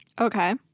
Okay